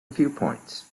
viewpoints